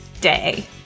day